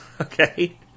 okay